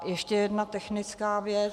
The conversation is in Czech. Ještě jedna technická věc.